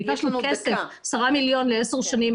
ביקשנו 10 מיליון לעשר שנים,